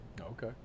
Okay